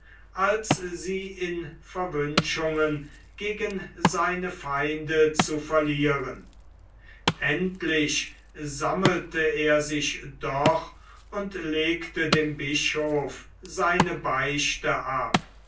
als sie in verwünschungen gegen seine feinde zu verlieren endlich sammelte er sich doch und legte dem bischof seine beichte ab